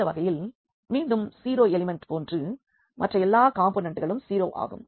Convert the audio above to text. இந்த வகையில் மீண்டும் 0 எலிமெண்ட் போன்று மற்ற எல்லா காம்பொனண்ட்களும் 0 ஆகும்